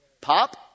Pop